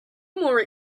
more